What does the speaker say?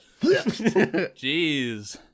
Jeez